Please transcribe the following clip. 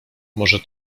może